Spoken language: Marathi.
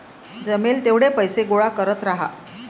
जमेल तेवढे पैसे गोळा करत राहा